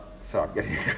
Sorry